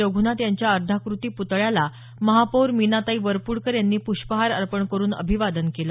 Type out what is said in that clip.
रघुनाथ यांच्या अर्धाकृती पुतळ्याला महापौर मिनाताई वरपुडकर यांनी पुष्पहार अर्पण करून अभिवादन केलं